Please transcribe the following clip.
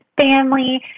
family